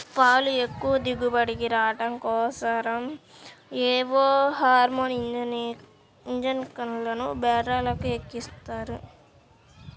పాలు ఎక్కువ దిగుబడి రాడం కోసరం ఏవో హార్మోన్ ఇంజక్షన్లు బర్రెలకు ఎక్కిస్తన్నారంట